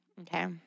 Okay